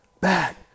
Back